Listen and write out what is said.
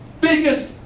biggest